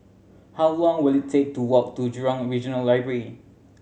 how long will it take to walk to Jurong Regional Library